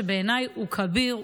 שבעיניי הוא כביר,